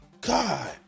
God